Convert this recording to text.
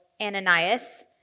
Ananias